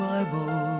Bible